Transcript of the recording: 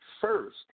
first